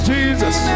Jesus